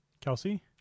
Kelsey